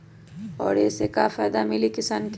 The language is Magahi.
और ये से का फायदा मिली किसान के?